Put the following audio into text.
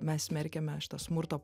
mes smerkiame šitą smurto